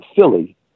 Philly